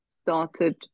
started